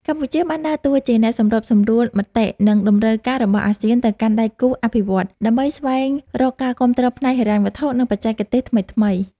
កម្ពុជាបានដើរតួជាអ្នកសម្របសម្រួលមតិ និងតម្រូវការរបស់អាស៊ានទៅកាន់ដៃគូអភិវឌ្ឍន៍ ដើម្បីស្វែងរកការគាំទ្រផ្នែកហិរញ្ញវត្ថុ និងបច្ចេកទេសថ្មីៗ។